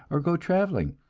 or go traveling.